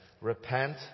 Repent